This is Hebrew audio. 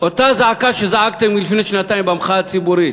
אותה זעקה שזעקתם לפני שנתיים במחאה הציבורית.